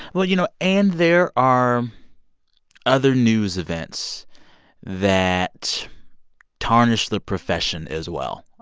well, you know and there are other news events that tarnish the profession as well.